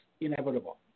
inevitable